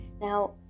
now